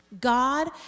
God